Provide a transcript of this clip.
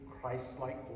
Christ-like